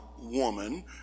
woman